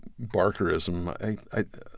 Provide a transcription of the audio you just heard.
barkerism